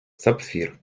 сапфір